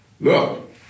Look